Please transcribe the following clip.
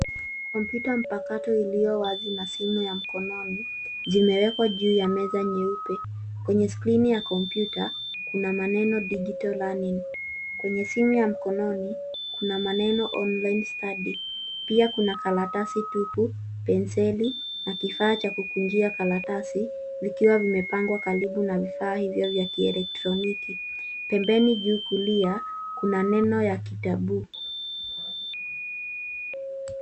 Kompyuta mpakato iliyo wazi na simu ya mkononi zimewekwa juu ya meza nyeupe. Kwenye skrini ya kompyuta kuna maneno digital learning . Kwenye simu ya mkononi, kuna maneno online study . Pia kuna karatasi tupu, penseli na kifaa cha kukunjia karatasi vikiwa vimepangwa karibu na vifaa hivyo vya kielektroniki. Pembeni juu kulia, kuna neno ya kitaboo .